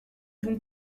bon